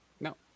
No